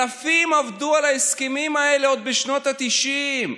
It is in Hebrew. אלפים עבדו על ההסכמים האלה עוד בשנות התשעים.